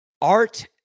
Art